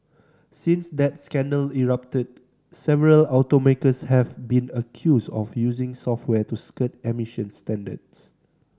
since that scandal erupted several automakers have been accused of using software to skirt emissions standards